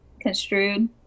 construed